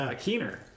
keener